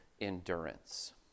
endurance